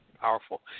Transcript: powerful